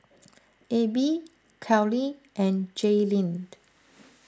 Abie Khalil and Jaylene